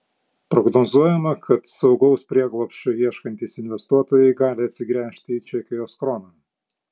prognozuojama kad saugaus prieglobsčio ieškantys investuotojai gali atsigręžti į čekijos kroną